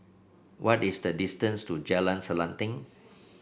what is the distance to Jalan Selanting